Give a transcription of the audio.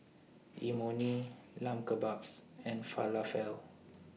Imoni Lamb Kebabs and Falafel